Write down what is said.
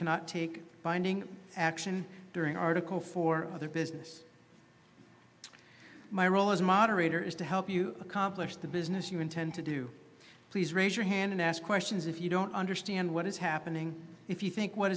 cannot take binding action during article for other business my role as moderator is to help you accomplish the business you intend to do please raise your hand and ask questions if you don't understand what is happening if you think what